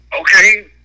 Okay